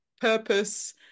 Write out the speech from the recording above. purpose